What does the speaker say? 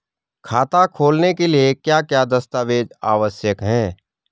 खाता खोलने के लिए क्या क्या दस्तावेज़ आवश्यक हैं?